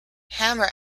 hammer